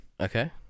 Okay